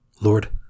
Lord